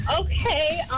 okay